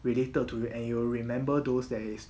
related to you and you will remember those that is